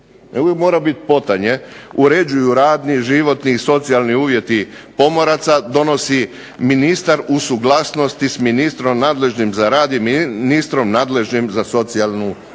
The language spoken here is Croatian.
mora biti potanje, uređuju radni, životni i socijalni uvjeti pomoraca, donosi ministar uz suglasnost s ministrom nadležnim za rad i ministrom nadležnim za socijalnu skrb.